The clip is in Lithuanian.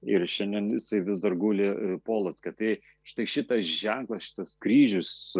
ir šiandien jisai vis dar guli polocke tai štai šitas ženklas šitas kryžius